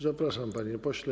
Zapraszam, panie pośle.